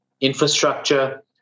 infrastructure